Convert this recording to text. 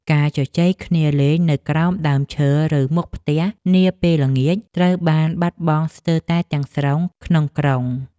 ការជជែកគ្នាលេងនៅក្រោមដើមឈើ ឬមុខផ្ទះនាពេលល្ងាចត្រូវបានបាត់បង់ស្ទើរតែទាំងស្រុងក្នុងក្រុង។